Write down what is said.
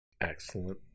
Excellent